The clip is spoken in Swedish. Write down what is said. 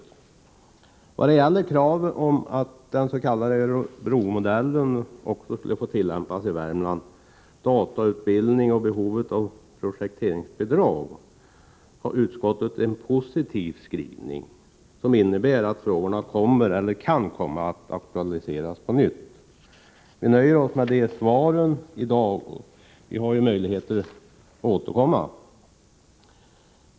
I vad gäller kravet att den s.k. Örebromodellen skulle få tillämpas också i Värmland, datautbildning och behovet av projekteringsbidrag har utskottet en positiv skrivning, som innebär att frågorna kommer, eller kan komma, att aktualiseras på nytt. Vi nöjer oss med den skrivningen i dag; vi har ju möjlighet att återkomma.